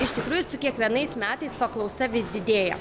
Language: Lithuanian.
iš tikrųjų su kiekvienais metais paklausa vis didėja